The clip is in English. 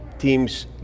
teams